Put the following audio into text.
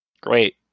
Great